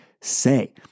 say